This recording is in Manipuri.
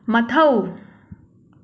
ꯃꯊꯧ